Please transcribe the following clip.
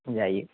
जायो